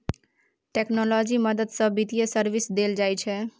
technology मदद सँ बित्तीय सर्विस देल जाइ छै